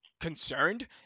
concerned